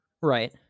Right